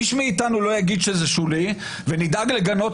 איש מאתנו לא יגיד שזה שולי ונדאג לגנות